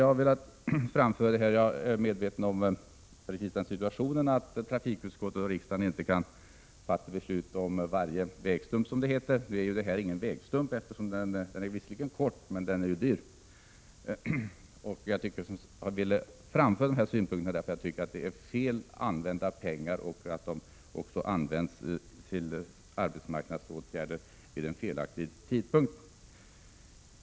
Jag har velat framföra detta trots att jag är medveten om att trafikutskottet och riksdagen inte kan fatta beslut om varje vägstump, som det heter. Men detta är inte fråga om någon vägstump, eftersom den visserligen är kort men dyr. Jag ville framföra dessa synpunkter, eftersom jag anser att pengarna används på fel sätt och att de används till arbetsmarknadspolitiska åtgärder vid fel tidpunkt.